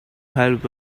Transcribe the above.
help